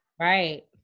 right